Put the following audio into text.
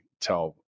tell